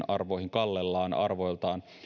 arvoihin kallellaan